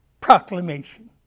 proclamation